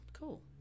cool